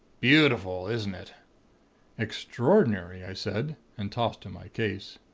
beautiful! isn't it extraordinary! i said, and tossed him my case.